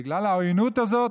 בגלל העוינות הזאת,